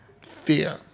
Fear